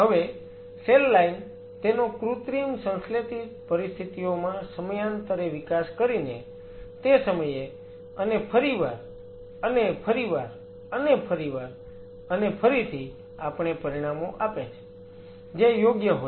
હવે cell line તેનો કૃત્રિમ સંશ્લેષિત પરિસ્થિતિઓમાં સમયાંતરે વિકાસ કરીને તે સમયે અને ફરીવાર અને ફરીવાર અને ફરીવાર અને ફરીથી આપણે પરિણામો આપે છે જે યોગ્ય હોય છે